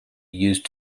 used